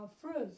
Fruits